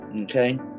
okay